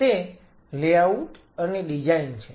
તે લેઆઉટ અને ડિઝાઈન છે